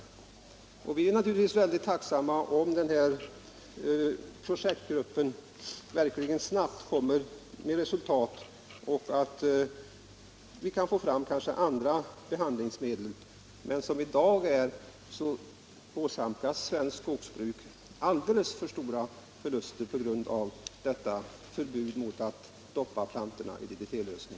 Vi motionärer är naturligtvis väldigt tacksamma om den här projektgruppen verkligen snabbt presenterar resultat och om man kan få fram andra behandlingsmedel. Men som det i dag är åsamkas svenskt skogsbruk alldeles för stora förluster på grund av förbudet mot att doppa plantorna i DDT-lösning.